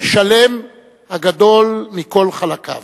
שלם הגדול מכל חלקיו.